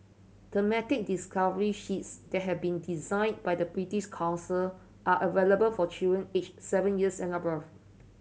thematic discovery sheets that have been designed by the British Council are available for children aged seven years and above